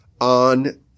on